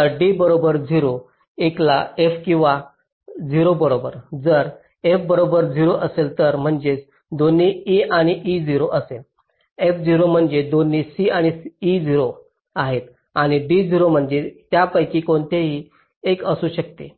तर d बरोबर 0 1 ला f किंवा 0 बरोबर जर f बरोबर 0 असेल तर म्हणजे दोन्ही e आणि c 0 आहेत f 0 म्हणजे दोन्ही c आणि e 0 आहेत आणि d 0 म्हणजे त्यापैकी कोणीही 1 असू शकते